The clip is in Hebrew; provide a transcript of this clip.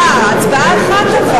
אבל הצבעה אחת.